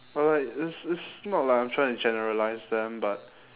alright it's it's not like I'm trying to generalise them but